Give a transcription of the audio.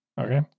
Okay